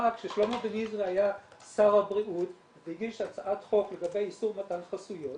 כששלמה בניזרי היה שר הבריאות והגיש הצעת חוק לגבי איסור מתן חסויות